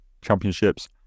championships